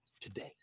today